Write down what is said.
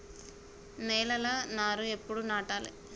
నేలలా నారు ఎప్పుడు నాటాలె?